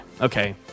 Okay